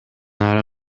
ары